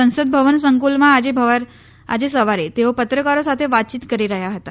સંસદ ભવન સંકુલમાં આજે સવારે તેઓ પત્રકારો સાથે વાતચીત કરી રહ્યા હતા